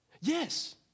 Yes